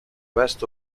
west